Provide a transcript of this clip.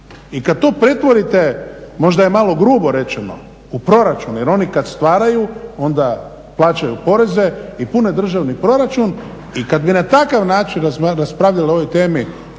I kada to pretvorite, možda je malo grubo rečeno, u proračun jer oni kada stvaraju onda plaćaju poreze i pune državni proračun. I kada bi na takav način raspravljali i ovoj temi